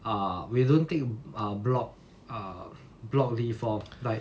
err we don't take ah block ah block leave lor like